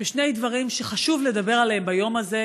בשני דברים שחשוב לדבר עליהם ביום הזה,